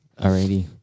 Alrighty